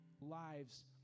lives